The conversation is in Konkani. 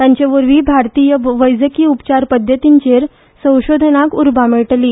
तांचे वरवी भारतीय वैजकी उपचार पध्दतींचेर संशोधनाक उर्बा मेळटली